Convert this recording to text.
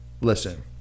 Listen